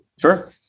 Sure